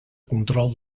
control